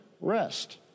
rest